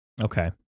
Okay